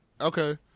Okay